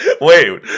Wait